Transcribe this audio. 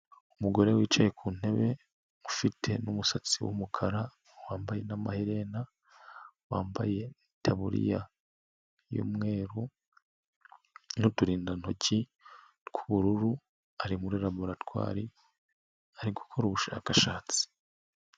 Umugore wicaye ku ntebe ufite n'umusatsi w'umukara, wambaye n'amaherena, wambaye itabuririya y'umweru n'uturindantoki tw'ubururu, ari muri laboratwari ari gukora ubushakashatsi.